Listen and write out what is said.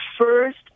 first